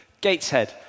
Gateshead